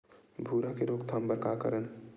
भूरा के रोकथाम बर का करन?